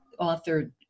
authored